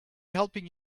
helping